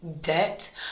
debt